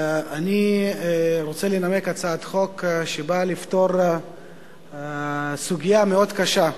אני רוצה לנמק הצעת חוק שנועדה לפתור סוגיה מאוד קשה,